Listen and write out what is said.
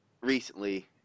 recently